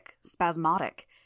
spasmodic